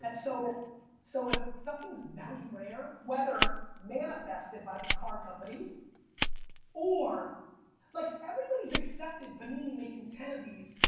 and so so if something's very rare, whether manifested by the card companies or like everybody's accepted panini making ten of these,